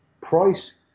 Price